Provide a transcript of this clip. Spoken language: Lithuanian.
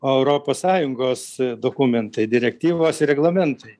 o europos sąjungos dokumentai direktyvos ir reglamentai